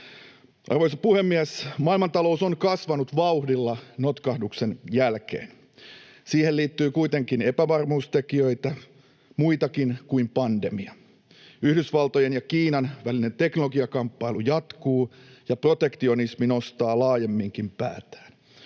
Arvoisa puhemies! Maailmantalous on kasvanut vauhdilla notkahduksen jälkeen. Siihen liittyy kuitenkin epävarmuustekijöitä, muitakin kuin pandemia. Yhdysvaltojen ja Kiinan välinen teknologiakamppailu jatkuu, ja protektionismi nostaa laajemminkin päätään.